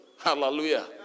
Hallelujah